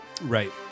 Right